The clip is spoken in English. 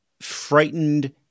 frightened